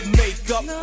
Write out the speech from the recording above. makeup